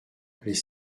les